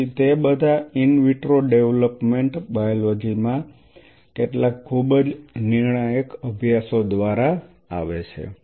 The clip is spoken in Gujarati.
તેથી તે બધા ઈન વિટ્રો ડેવલપમેન્ટ બાયોલોજી માં કેટલાક ખૂબ જ નિર્ણાયક અભ્યાસો દ્વારા આવે છે